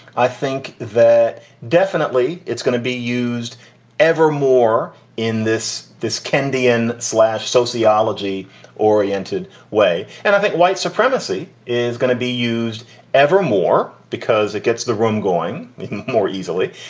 i think that definitely it's going to be used ever more in this this kendy in slash sociology oriented way. and i think white supremacy is going to be used ever more because it gets the room going more easily.